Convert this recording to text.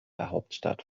hauptstadt